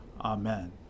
Amen